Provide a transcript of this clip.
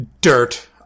dirt